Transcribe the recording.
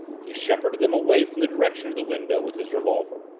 he shepherded them away from the direction of the window with his revolver.